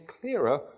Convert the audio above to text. clearer